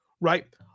right